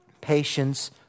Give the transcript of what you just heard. patience